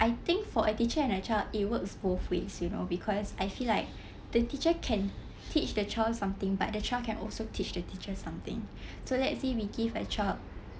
I think for a teacher and a child it works both ways you know because I feel like the teacher can teach the child something but the child can also teach the teacher something so let's say we give a child